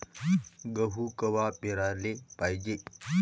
गहू कवा पेराले पायजे?